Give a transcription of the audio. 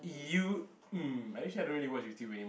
you mm actually I don't really watch YouTube anymore